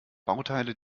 bauteile